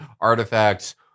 artifacts